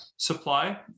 Supply